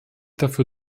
dafür